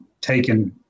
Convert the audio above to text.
taken